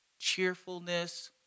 cheerfulness